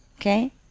okay